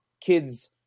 kids